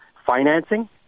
Financing